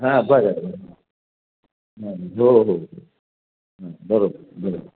हां बरं बरं हो हो हो बरोबर बरोबर